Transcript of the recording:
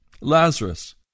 Lazarus